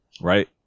Right